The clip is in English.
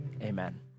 Amen